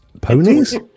Ponies